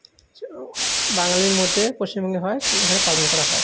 বাঙালির মধ্যে পশ্চিমবঙ্গে হয় এখানে পালন করা হয়